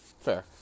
Fair